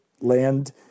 Land